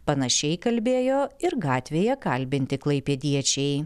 panašiai kalbėjo ir gatvėje kalbinti klaipėdiečiai